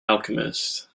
alchemist